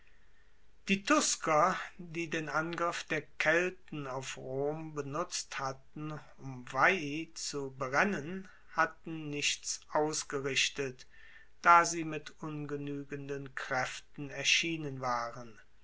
die tusker die den angriff der kelten auf rom benutzt hatten um veii zu berennen hatten nichts ausgerichtet da sie mit ungenuegenden kraeften erschienen waren